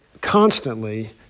constantly